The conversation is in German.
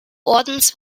ordens